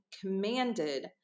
commanded